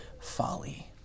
folly